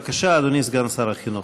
בבקשה, אדוני סגן שר החינוך.